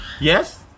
Yes